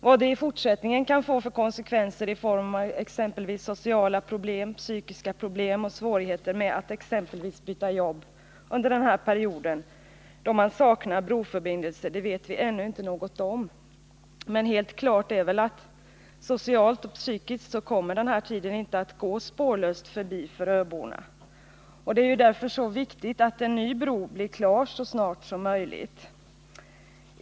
Vad det i fortsättningen kan få för konsekvenser i form av sociala problem, psykiska problem och svårigheter med att exempelvis byta jobb under den period man saknar broförbindelse vet vi ännu inte något om. Men helt klart är väl att socialt och psykiskt kommer den här tiden inte att gå spårlöst förbi för öborna. Det är därför viktigt att en ny bro blir klar så snart som möjligt.